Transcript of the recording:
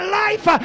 life